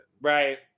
Right